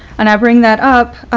and i bring that up,